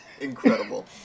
Incredible